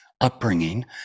upbringing